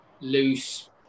loose